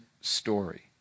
story